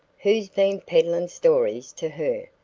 who's been peddling stories to her?